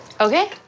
Okay